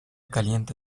caliente